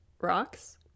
rocks